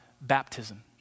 baptism